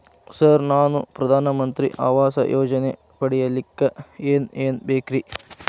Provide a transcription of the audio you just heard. Sir ನಾನು ಪ್ರಧಾನ ಮಂತ್ರಿ ಆವಾಸ್ ಯೋಜನೆ ಪಡಿಯಲ್ಲಿಕ್ಕ್ ಏನ್ ಏನ್ ಬೇಕ್ರಿ?